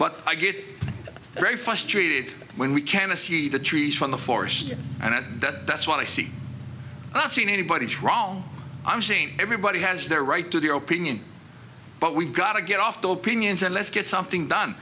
but i get very frustrated when we canna see the trees from the forest and that is what i see not seen anybody is wrong i'm seen everybody has their right to the opening but we've got to get off the opinions and let's get something done